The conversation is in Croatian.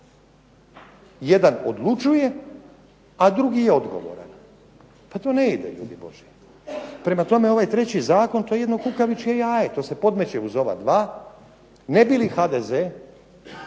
Jedan odlučuje, a drugi je odgovoran. Pa to ne ide ljudi božji. Prema tome, ovaj treći zakon to je jedno kukavičje jaje, to se podmeće uz ova dva ne bi li HDZ